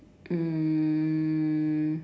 um